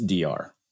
DR